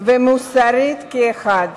ומוסרית כאחד.